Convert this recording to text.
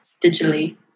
digitally